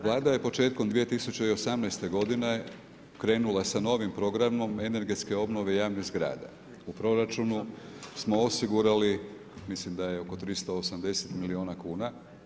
Vlada je početkom 2018.g. krenula sa novim programom energetske obnove javne zgrada u proračunu smo osigurali, mislim da je oko 380 milijuna kuna.